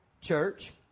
church